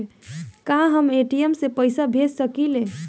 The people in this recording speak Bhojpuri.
का हम ए.टी.एम से पइसा भेज सकी ले?